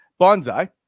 Bonsai